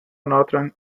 northern